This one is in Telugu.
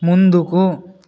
ముందుకు